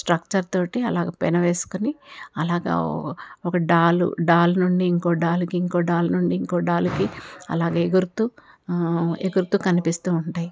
structure తోటి అలాగ పెనవేసుకుని అలాగ ఒక డాల్ డాల్ నుండి ఇంకో డాల్కి ఇంకో డాల్ నుండి ఇంకో డాల్కి అలాగ ఎగురుతూ కనిపిస్తూ ఉంటాయి